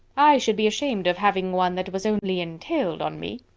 i should be ashamed of having one that was only entailed on me.